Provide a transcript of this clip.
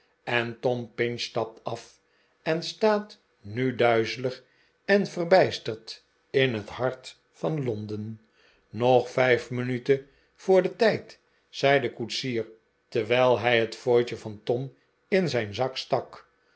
en tom pinch stapt af en staat nu duizelig en verbijsterd in het hart van lone en nog vijf vmnuten voor den tijd zei de kcetsier terwij hij het fooitje van tom in zijn zak stak